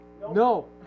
No